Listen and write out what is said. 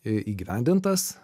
į įgyvendintas